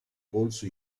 polso